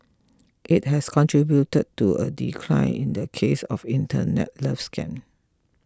it has contributed to a decline in the cases of Internet love scams